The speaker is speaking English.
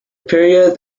period